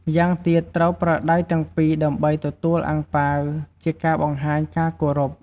ម៉្យាងទៀតត្រូវប្រើដៃទាំងពីរដើម្បីទទួលអាំងប៉ាវ ជាការបង្ហាញការគោរព។